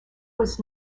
was